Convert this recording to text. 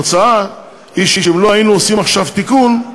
התוצאה היא שאם לא היינו עושים עכשיו תיקון,